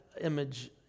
image